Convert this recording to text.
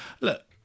look